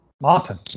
Martin